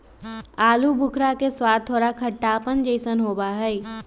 आलू बुखारा के स्वाद थोड़ा खट्टापन जयसन होबा हई